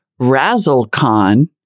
Razzlecon